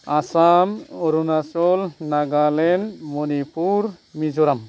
Assam Arunachal Nagaland Manipur Mizoram